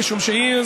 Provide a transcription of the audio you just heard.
משום שהיא,